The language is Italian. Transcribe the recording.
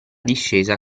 discesa